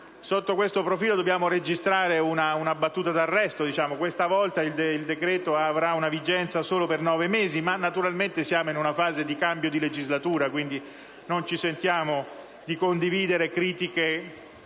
Sotto tale profilo dobbiamo registrare una battuta d'arresto. Questa volta il decreto avrà vigenza solo per nove mesi. Siamo naturalmente in una fase di cambio di legislatura, per cui non ci sentiamo di condividere critiche